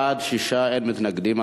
בעד, 6, אין מתנגדים.